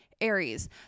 Aries